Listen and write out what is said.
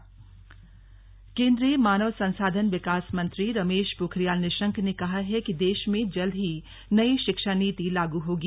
निशंक मुख्यमंत्री रूड़की केंद्रीय मानव संसाधन विकास मंत्री रमेश पोखरियाल निशंक ने कहा है कि देश में ही जल्द ही नई शिक्षा नीति लागू होगी